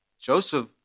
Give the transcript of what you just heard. Joseph